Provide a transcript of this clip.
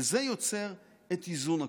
וזה יוצר את איזון הכוחות.